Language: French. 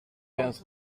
quinze